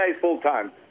full-time